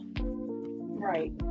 Right